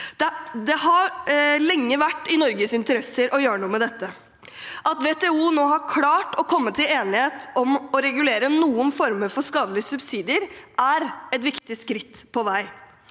Det har lenge vært i Norges interesse å gjøre noe med dette. At WTO nå har klart å komme til enighet om å regulere noen former for skadelige subsidier, er et viktig skritt på veien.